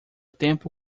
tempo